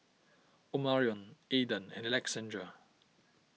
Omarion Aedan and Alexandria